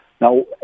Now